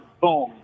boom